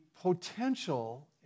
potential